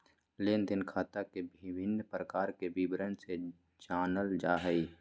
लेन देन खाता के विभिन्न प्रकार के विवरण से जानल जाय हइ